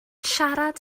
siarad